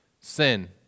sin